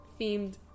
themed